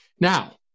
Now